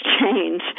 change